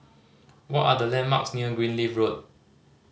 what are the landmarks near Greenleaf Road